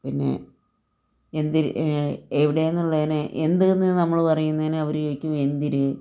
പിന്നെ എന്തി എവിടെ എന്നുള്ളതിന് എന്തെന്ന് നമ്മൾ പറയുന്നതിന് അവർ ചോദിക്കും എന്തിര്